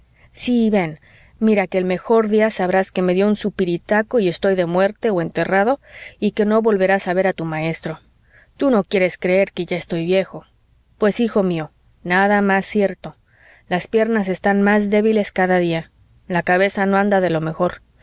sí ven mira que el mejor día sabrás que me dió un supiritaco y estoy de muerte o enterrado y que no volverás a ver a tu maestro tú no quieres creer que ya estoy viejo pues hijo mío nada más cierto las piernas están más débiles cada día la cabeza no anda de lo mejor